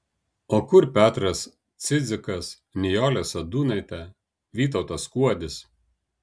o kur petras cidzikas nijolė sadūnaitė vytautas skuodis